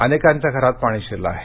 अनेकांच्या घरात पाणी शिरले आहे